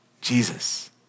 Jesus